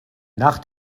nach